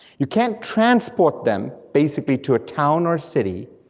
you can't transport them, basically to a town or a city,